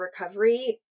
recovery